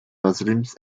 muslims